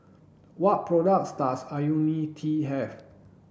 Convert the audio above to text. what products does Ionil T have